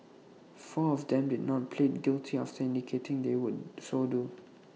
four of them did not plead guilty after indicating they would so do